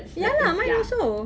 ya lah mine also